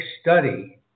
study